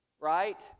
Right